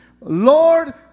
Lord